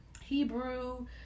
Hebrew